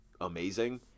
amazing